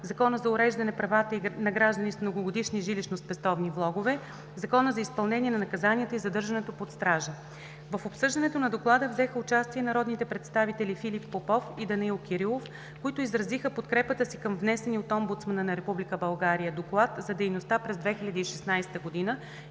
Закона за уреждане правата на граждани с многогодишни жилищно-спестовни влогове, Закона за изпълнение на наказанията и задържането под стража. В обсъждането на Доклада взеха участие народните представители Филип Попов и Данаил Кирилов, които изразиха подкрепата си към внесения от омбудсмана на Република България Доклад за дейността през 2016 г.